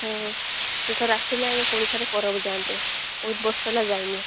ହଁ ତୁ ଏଥର ଆସିଲେ ଆମେ ପୁଣି ଥରେ ପର୍ବ ଯାଆନ୍ତେ ବହୁତ ବର୍ଷ ହେଲା ଯାଇନେ